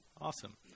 Awesome